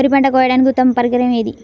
వరి పంట కోయడానికి ఉత్తమ పరికరం ఏది?